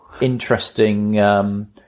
interesting